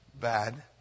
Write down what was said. bad